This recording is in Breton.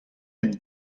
hep